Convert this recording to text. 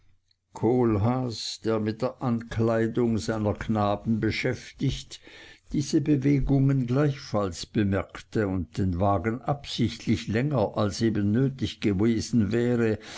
kohlhaas der mit der ankleidung seiner knaben beschäftigt diese bewegungen gleichfalls bemerkte und den wagen absichtlich länger als eben nötig gewesen wäre